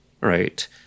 Right